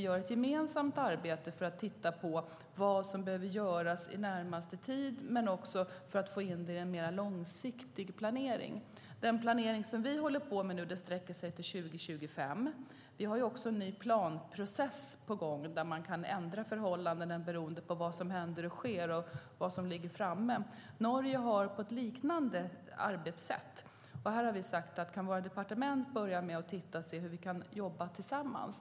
Det handlar dels om vad som behöver göras i närtid, dels om att få in det hela i en långsiktig planering. Den planering vi nu håller på med sträcker sig till 2025. Vi har också en ny planprocess på gång där man kan göra ändringar beroende på vad som händer och sker. Norge har ett liknande arbetssätt. Här har vi sagt att våra departement ska se hur vi kan jobba tillsammans.